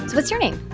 what's your name?